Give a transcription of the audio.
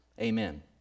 Amen